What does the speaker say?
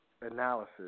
analysis